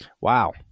wow